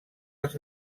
els